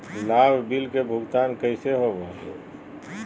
लाभ बिल के भुगतान कैसे होबो हैं?